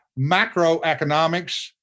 macroeconomics